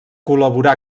col·laborà